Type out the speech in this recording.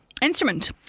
instrument